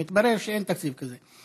מתברר שאין תקציב כזה.